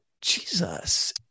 Jesus